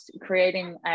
creating